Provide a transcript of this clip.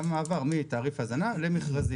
היה מעבר מתעריף הזנה למכרזים.